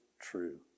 true